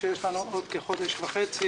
שיש לנו עוד כחודש וחצי